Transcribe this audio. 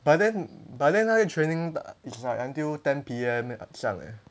but then but then 那个 training is like until ten P_M 这样 eh